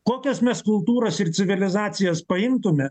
kokias mes kultūras ir civilizacijas paimtume